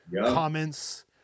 comments